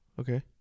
Okay